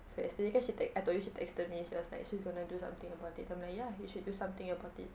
so yesterday kan she tex~ I told you she texted me she was like she's going to do something about it I'm like ya you should do something about it